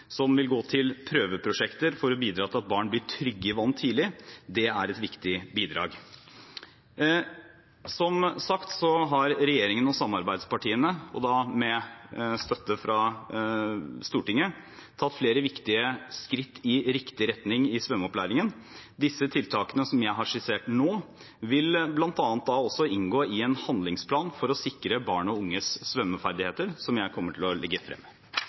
som vil gå til prøveprosjekter for å bidra til at barn blir trygge i vann tidlig. Det er et viktig bidrag. Som sagt har regjeringen og samarbeidspartiene, med støtte fra Stortinget, tatt flere viktige skritt i riktig retning i svømmeopplæringen. De tiltakene som jeg har skissert nå, vil bl.a. inngå i en handlingsplan for å sikre barn og unges svømmeferdigheter, som jeg kommer til å legge frem.